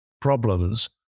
problems